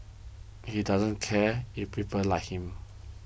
he doesn't care if people like him